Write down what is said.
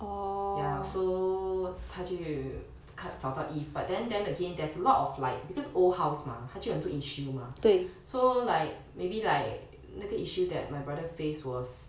ya so 看找到 eve but then then again there's a lot of like because old house mah 它就很多 issue 吗 so like maybe like 那个 issue that my brother face was